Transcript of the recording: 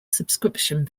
subscription